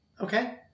Okay